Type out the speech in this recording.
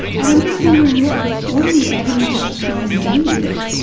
and i'm just wondering what what are the avenues to try and deal with it?